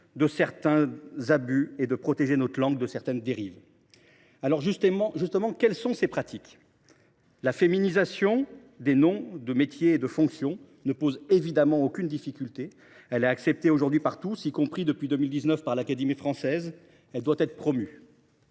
de certains abus et de protéger notre langue de certaines dérives. Quelles sont ces pratiques ? La féminisation des noms de métiers et fonctions ne pose évidemment aucune difficulté. Elle est acceptée aujourd’hui par tous, y compris, depuis 2019, par l’Académie française. Elle doit être promue.